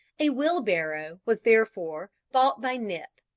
a wheelbarrow was therefore bought by nip,